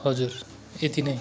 हजुर यति नै